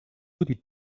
die